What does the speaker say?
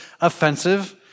offensive